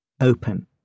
open